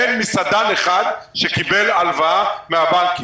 אין מסעדן אחד שקיבל הלוואה מהבנקים.